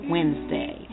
Wednesday